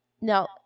Now